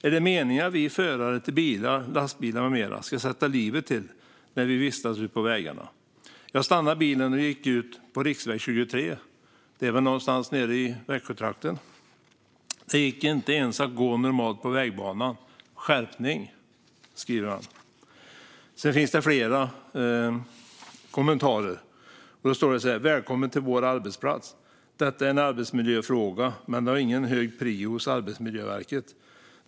Är det meningen att vi förare till bilar, lastbilar med mera ska sätta livet till när vi vistas ute på vägarna? Jag stannade bilen och gick ut på riksväg 23 - det är väl någonstans nere i Växjötrakten - och det gick inte ens att gå normalt på vägbanan. Skärpning! Det finns flera kommentarer till detta. Det står så här: Välkommen till vår arbetsplats! Detta är en arbetsmiljöfråga, men den har ingen hög prio hos Arbetsmiljöverket.